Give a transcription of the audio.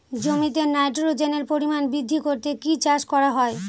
জমিতে নাইট্রোজেনের পরিমাণ বৃদ্ধি করতে কি চাষ করা হয়?